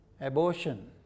abortion